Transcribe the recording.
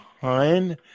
Hine